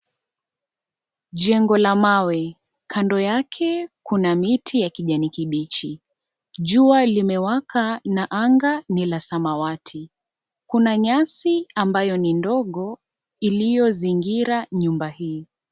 Jengo la mawe, kando yake kuna miti ya kijani kibichi. Jua limewaka na anga ni la samawati. Kuna nyasi ambayo ni ndogo iliyozingira nyumba hii.